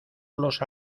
los